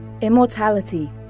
Immortality